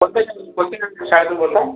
कोनत्या शाळेतून कोनत्या शाळेतून बोलताय